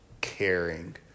caring